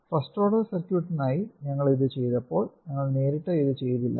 first order സർക്യൂട്ടിനായി ഞങ്ങൾ ഇത് ചെയ്തപ്പോൾ ഞങ്ങൾ നേരിട്ട് ഇത് ചെയ്തില്ല